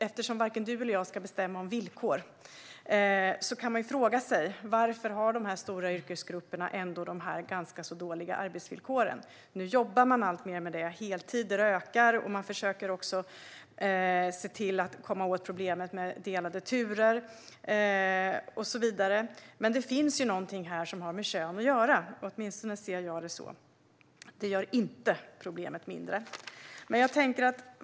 Eftersom varken du eller jag ska bestämma om villkor kan man fråga sig varför dessa stora yrkesgrupper ändå har dessa ganska dåliga arbetsvillkor. Nu jobbar man alltmer med det. Antalet heltider ökar, man försöker också se till att komma åt problemet med delade turer och så vidare. Men det finns någonting här som har med kön att göra. Åtminstone ser jag det så. Det gör inte problemet mindre.